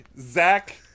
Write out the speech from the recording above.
Zach